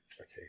okay